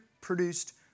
produced